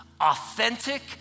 Authentic